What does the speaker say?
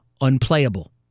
unplayable